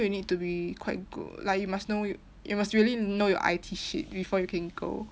you need to be quite good like you must know y~ you must really know your I_T shit before can go